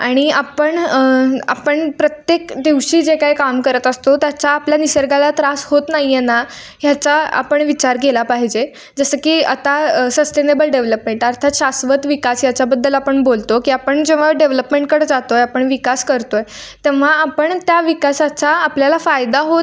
आणि आपण आपण प्रत्येक दिवशी जे काही काम करत असतो त्याचा आपल्या निसर्गाला त्रास होत नाही आहे ना ह्याचा आपण विचार केला पाहिजे जसं की आता सस्टेनेबल डेवलपमेट अर्थात शाश्वत विकास याच्याबद्दल आपण बोलतो की आपण जेव्हा डेवलपमेंटकडं जातो आहे आपण विकास करतो आहे तेव्हा आपण त्या विकासाचा आपल्याला फायदा होत